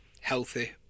Healthy